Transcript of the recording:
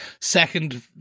Second